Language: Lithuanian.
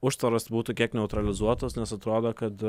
užtvaros būtų kiek neutralizuotos nes atrodo kad